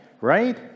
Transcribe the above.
right